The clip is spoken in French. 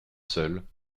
seule